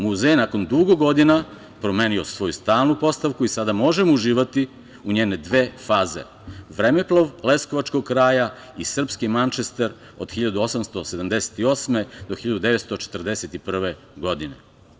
Muzej, nakon dugo godina, promenio je svoju stalnu postavku i sada možemo uživati u njene dve faze - Vremeplov leskovačkog kraja i Srpski Mančester od 1878. do 1941. godine.